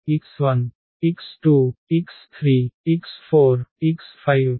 x1 x2 x3 x4 x5 9